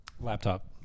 Laptop